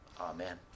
Amen